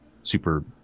super